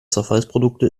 zerfallsprodukte